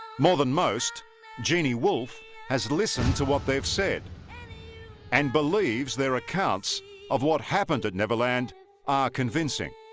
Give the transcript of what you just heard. more than most genie wolf has listened to what they've said and believes their accounts of what happened at neverland are convincing